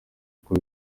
uko